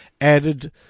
added